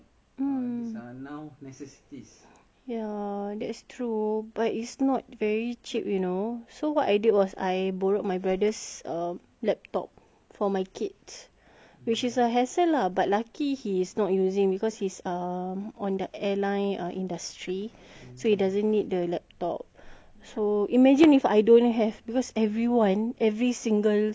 ya that's true but it's not very cheap you know so what I do was I borrowed my brother's laptop for my kids which is a hassle lah but lucky he is not using because he's uh on the airline industry so he doesn't need the laptop so imagine if I don't have because everyone every single singaporean needs a laptop